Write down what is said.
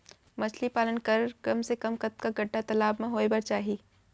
मछली पालन बर कम से कम कतका गड्डा तालाब म होये बर चाही?